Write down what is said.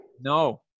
No